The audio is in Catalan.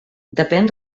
depén